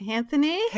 Anthony